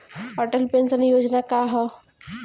Atal pension योजना का ह?